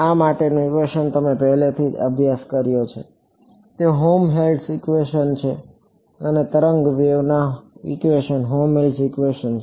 આ માટેનું ઇક્વેશન તમે પહેલાથી જ અભ્યાસ કર્યો છે તે હેલ્મહોલ્ટ્ઝ ઇક્વેશન છે અને તરંગ ઇક્વેશન હેલ્મહોલ્ટ્ઝ ઇક્વેશન છે